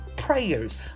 prayers